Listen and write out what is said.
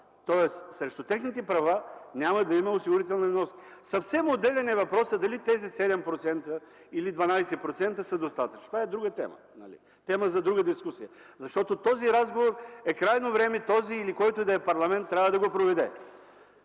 Тоест, срещу техните права няма да има осигурителни вноски. Съвсем отделен е въпросът дали тези 7% или 12% са достатъчни. Това е друга тема, тема за друга дискусия. Защото този разговор е крайно време този или който и да е парламент да го проведе.